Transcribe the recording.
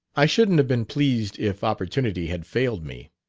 i shouldn't have been pleased if opportunity had failed me.